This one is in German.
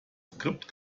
skript